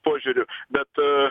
požiūriu bet